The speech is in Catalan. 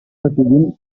recollint